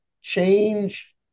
change